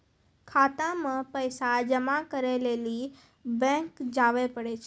खाता मे पैसा जमा करै लेली बैंक जावै परै छै